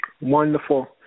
wonderful